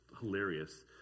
hilarious